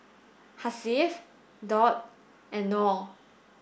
Hasif Daud and Noh